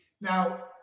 Now